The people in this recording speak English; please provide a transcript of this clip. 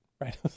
right